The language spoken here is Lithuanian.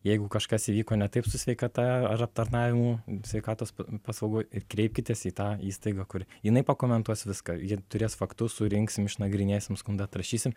jeigu kažkas įvyko ne taip su sveikata ar aptarnavimu sveikatos paslaugų ir kreipkitės į tą įstaigą kur jinai pakomentuos viską jie turės faktus surinksim išnagrinėsim skundą atrašysim